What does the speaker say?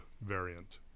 variant